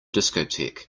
discotheque